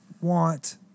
want